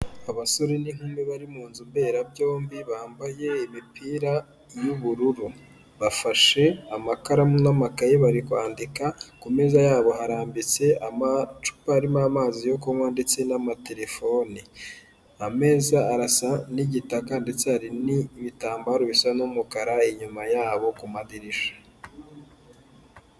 Abasore n'inkumi bari mu nzu mberabyombi bambaye imipira y'ubururu. Bafashe amakaramu n'amakaye bari kwandika, ku meza yabo harambitse amacupa harimo amazi yo kunywa ndetse n'amatelefoni. Ameza arasa n'igitaka ndetse hari n'ibitambaro bisa n'umukara inyuma yabo ku madirishya.